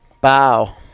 bow